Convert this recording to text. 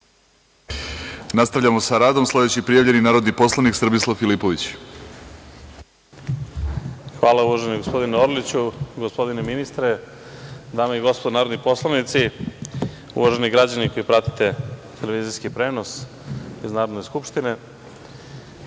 Nastavljamo sa radom. Sledeći prijavljeni je narodni poslanik Srbislav Filipović. **Srbislav Filipović** Hvala, uvaženi gospodine Orliću. Gospodine ministre, dame i gospodo narodni poslanici, uvaženi građani koji pratite televizijski prenos iz Narodne skupštine,